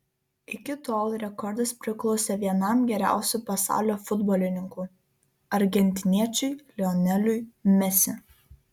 iki tol rekordas priklausė vienam geriausių pasaulio futbolininkų argentiniečiui lioneliui mesi